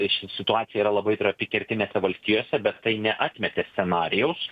ši situacija yra labai trapi kertinėse valstijose bet tai neatmetė scenarijaus